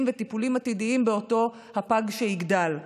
וטיפולים עתידיים באותו הפג כשיגדל.